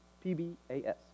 P-B-A-S